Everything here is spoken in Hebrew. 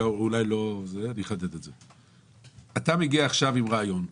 אתה מגיע עכשיו עם רעיון.